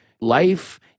life